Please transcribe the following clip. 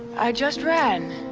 i just ran.